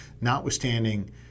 notwithstanding